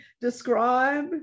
describe